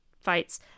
fights